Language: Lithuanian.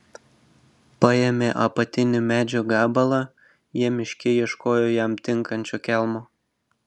paėmę apatinį medžio gabalą jie miške ieškojo jam tinkančio kelmo